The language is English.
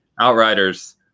Outriders